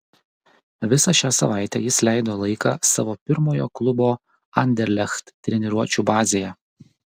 visą šią savaitę jis leido laiką savo pirmojo klubo anderlecht treniruočių bazėje